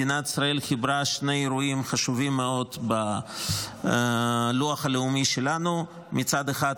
מדינת ישראל חיברה שני אירועים חשובים מאוד בלוח הלאומי שלנו: מצד אחד,